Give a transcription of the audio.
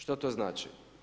Što to znači?